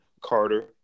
carter